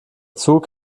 zug